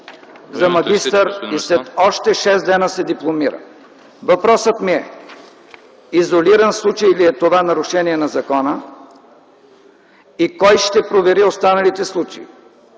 за „магистър” и след още шест дни се дипломира. Въпросът ми е: изолиран случай ли е това нарушение на закона и кой ще провери останалите случаи?